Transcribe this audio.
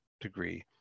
degree